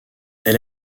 elle